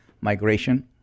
migration